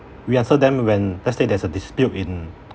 we answer them when let's say there's a dispute in